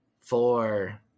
four